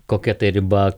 kokia tai riba